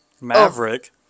Maverick